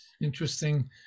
Interesting